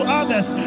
others